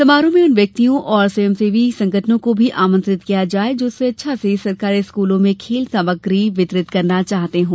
समारोह में उन व्यक्तियों और स्वयंसेवी संगठनों को भी आमंत्रित किया जाये जो स्वेच्छा से सरकारी स्कूलों में खेल सामग्री वितरित करना चाहते हों